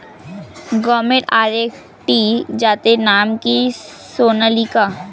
গমের আরেকটি জাতের নাম কি সোনালিকা?